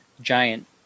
giant